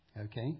Okay